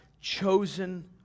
chosen